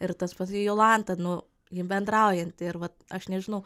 ir tas pats jolanta nu ji bendraujanti ir vat aš nežinau